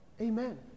Amen